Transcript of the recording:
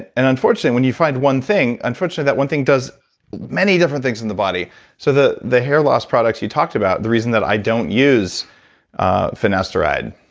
and unfortunately, when you find one thing, unfortunately, that one thing does many different things in the body so the the hair loss products you talked about, the reason that i don't use finasteride,